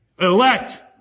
Elect